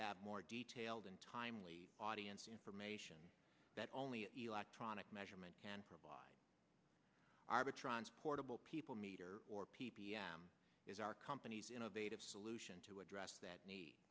have more detailed and timely audience information that only tronic measurement can provide arbitrage portable people meter or p p m is our company's innovative solution to address that